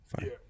fine